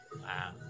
Wow